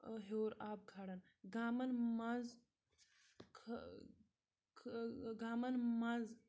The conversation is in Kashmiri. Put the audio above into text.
ہیوٚر آب کھالان گامَن منٛز گامَن منٛز